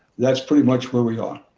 that's pretty much where we are.